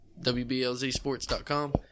wblzsports.com